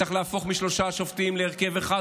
צריך להפוך משלושה שופטים להרכב אחד,